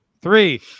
three